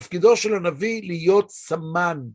תפקידו של הנביא להיות סמן.